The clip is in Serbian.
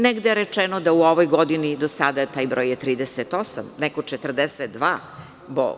Negde je rečeno da je u ovoj godini do sada taj broj 38, a ne 42.